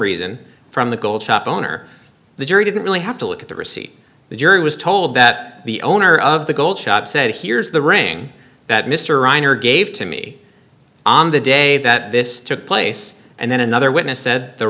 reason from the gold shop owner the jury didn't really have to look at the receipt the jury was told that the owner of the gold shop said here is the ring that mr reiner gave to me on the day that this took place and then another witness said the